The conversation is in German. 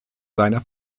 seiner